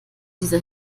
dieser